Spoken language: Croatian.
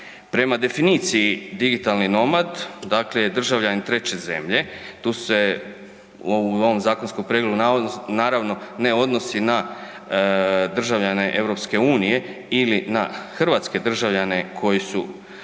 Prema definiciji digitalni nomad, dakle je državljanin treće zemlje, tu se u ovom novom zakonskom prijedlogu naravno ne odnosi na državljane EU ili na hrvatske državljane koji su,